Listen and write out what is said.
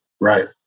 Right